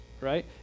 right